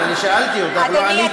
שאלתי אותך, את לא ענית לי.